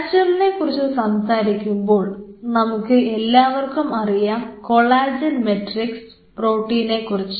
നാച്ചുറലിനെ കുറിച്ച് സംസാരിക്കുമ്പോൾ നമുക്ക് എല്ലാവർക്കും അറിയാം കൊളാജൻ മെട്രിക്സ് പ്രോട്ടീനെക്കുറിച്ച്